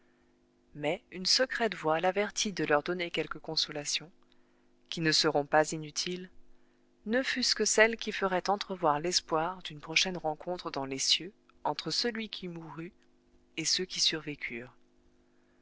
mais une secrète voix l'avertit de leur donner quelques consolations qui ne seront pas inutiles ne fût-ce que celle qui ferait entrevoir l'espoir d'une prochaine rencontre dans les cieux entre celui qui mourut et ceux qui survécurent